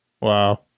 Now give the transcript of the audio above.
Wow